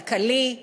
כלכלי,